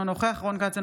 אינו נוכח רון כץ,